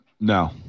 No